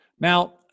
now